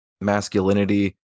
masculinity